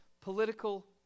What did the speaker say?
political